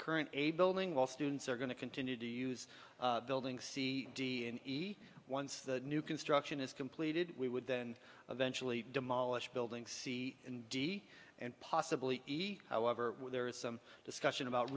current a building all students are going to continue to use building c d and e once the new construction is completed we would then eventually demolish building c and d and possibly however there is some discussion about